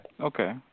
Okay